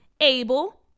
Abel